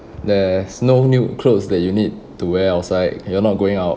there's no new clothes that you need to wear outside you're not going out